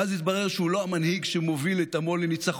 ואז התברר שהוא לא המנהיג שמוביל את עמו לניצחון,